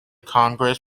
congress